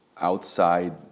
outside